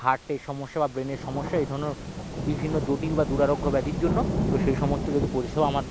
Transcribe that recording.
হার্টের সমস্যা বা ব্রেনের সমস্যা এই ধরনের বিভিন্ন জটিল বা দুরারোগ্য ব্যাধির জন্য তো সেই সমস্ত যদি পরিষেবা আমার